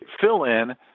fill-in